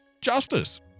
justice